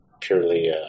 purely